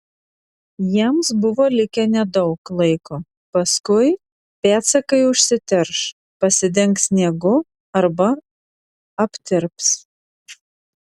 jiems buvo likę nedaug laiko paskui pėdsakai užsiterš pasidengs sniegu arba aptirps